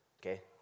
okay